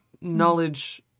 knowledge